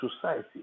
society